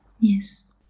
Yes